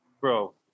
Bro